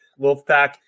Wolfpack